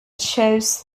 chose